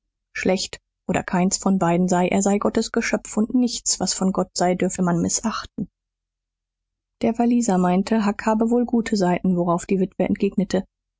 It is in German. schlecht oder keins von beiden sei er sei gottes geschöpf und nichts was von gott sei dürfe man mißachten der walliser meinte huck habe wohl gute seiten worauf die witwe entgegnete